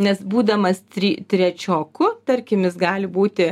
nes būdamas try trečioku tarkim jis gali būti